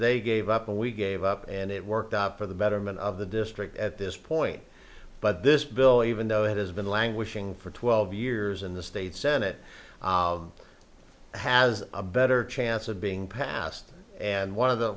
they gave up and we gave up and it worked out for the betterment of the district at this point but this believe in though it has been languishing for twelve years in the state senate has a better chance of being passed and one of the